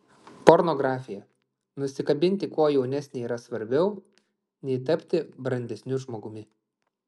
pornografija nusikabinti kuo jaunesnę yra svarbiau nei tapti brandesniu žmogumi